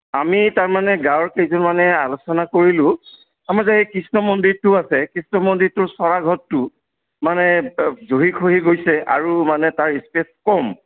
আমি তাৰমানে গাঁৱৰ কেইজনমানে আলোচনা কৰিলোঁ আমাৰ এই কৃষ্ণ মন্দিৰটো আছে কৃষ্ণ মন্দিৰটোৰ চৰা ঘৰটো মানে জহি খহি গৈছে আৰু মানে তাৰ স্পেচ কম